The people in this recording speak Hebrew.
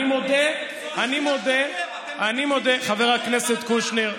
אני מודה, אני מודה, אני מודה, חבר הכנסת קושניר,